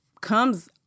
comes